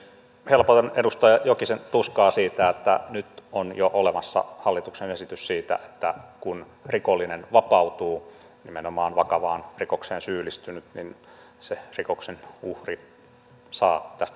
helpotan edustaja jokisen tuskaa siitä että nyt on jo olemassa hallituksen esitys siitä että kun rikollinen vapautuu nimenomaan vakavaan rikokseen syyllistynyt niin se rikoksen uhri saa tästä tiedon